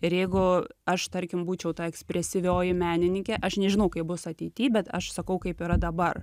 ir jeigu aš tarkim būčiau ta ekspresyvioji menininkė aš nežinau kaip bus ateity bet aš sakau kaip yra dabar